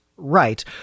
right